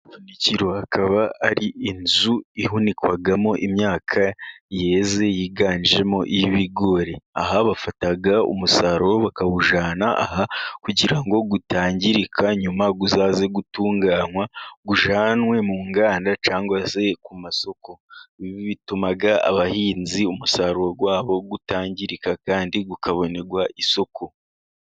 Ubuhunikiro akaba ari inzu ihunikwamo imyaka yeze yiganjemo iy'ibigori aha bafata umusaruro bakawujyana aha. Kugira ngo utangirika nyuma uzaze gutunganywa ujyanwe mu nganda cyangwa se ku masoko, ibi bituma abahinzi umusaruro wabo utangirika kandi ukabonerwa isoko.